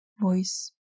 voice